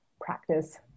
Practice